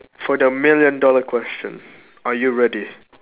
for the million dollar question are you ready